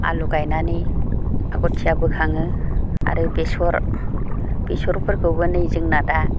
आलु गायनानै आगथिया बोखाङो आरो बेसर बेसरफोरखौबो नै जोंना दा